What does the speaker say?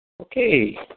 Okay